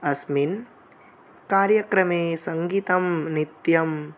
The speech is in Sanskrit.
अस्मिन् कार्यक्रमे सङ्गीतं नृत्यं